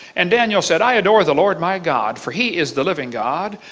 and daniel said, i adore the lord my god, for he is the living god,